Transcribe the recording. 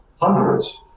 hundreds